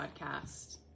podcast